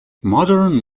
modern